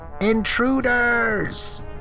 Intruders